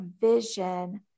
vision